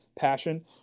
passion